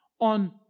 On